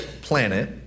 planet